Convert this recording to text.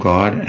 God